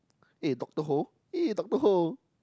eh Doctor-Ho eh Doctor-Ho